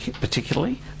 particularly